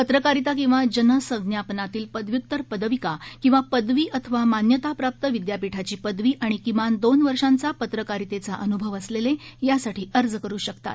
पत्रकारिता किंवा जन संज्ञापनातील पदव्युत्तर पदविका किंवा पदवी अथवा मान्यताप्राप्त विद्यापीठाची पदवी आणि किमान दोन वर्षांचा पत्रकारितेचा अनुभव असलेले यासाठी अर्ज करू शकतात